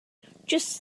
just